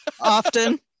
often